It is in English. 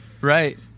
right